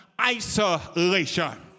isolation